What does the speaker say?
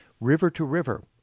river-to-river